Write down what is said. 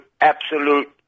absolute